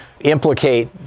implicate